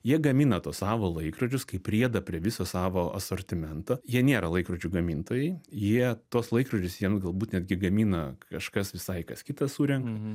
jie gamina tuos savo laikrodžius kaip priedą prie visos savo asortimento jie nėra laikrodžių gamintojai jie tuos laikrodžius jiems galbūt netgi gamina kažkas visai kas kitas surenka